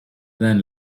than